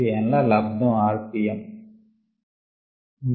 ఇది n ల లబ్దం r p m